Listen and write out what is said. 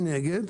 מנגד,